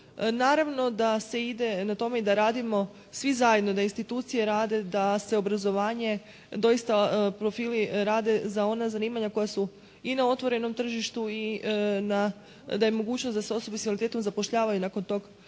Naravno da se ide na tome, i da radimo svi zajedno, da institucije rade, da se obrazovanje doista profili rade za ona zanimanja koja su i na otvorenom tržištu i da je mogućnost da se osobe s invaliditetom zapošljavaju nakon tog